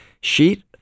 sheet